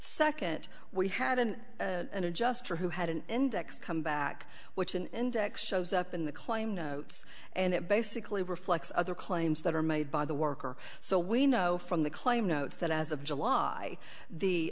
second we had an adjuster who had an index come back which an index shows up in the claim notes and it basically reflects other claims that are made by the worker so we know from the claim notes that as of july the